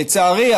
לצערי,